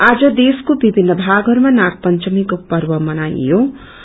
आज देशको विभिन्न भागहरूमा नाग पंचमीको पर्व मनाईन्दैछ